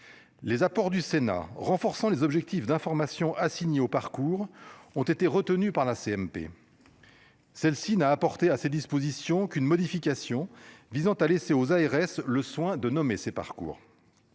Les apports du Sénat renforçant les objectifs d'information au parcours ont été retenues par la CMP. Celle-ci n'a apporté à ces dispositions qu'une modification visant à laisser aux ARS le soin de nommer ces parcours.